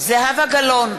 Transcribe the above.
זהבה גלאון,